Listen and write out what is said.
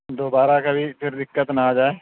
دوبارہ اگر یہ پھر دقت نہ آ جائے